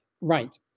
Right